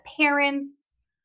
parents